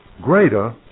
greater